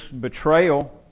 betrayal